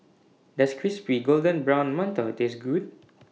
Does Crispy Golden Brown mantou Taste Good